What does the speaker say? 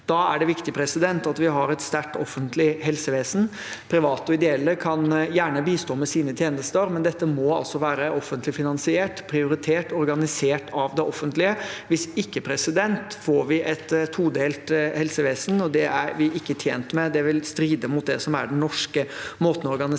Da er det viktig at vi har et sterkt offentlig helsevesen. Private og ideelle aktører kan gjerne bistå med sine tjenester. Dette må altså være offentlig finansiert, prioritert og organisert. Hvis ikke får vi et todelt helsevesen, og det er vi ikke tjent med. Det vil stride mot det som er den norske måten å organisere